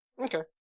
Okay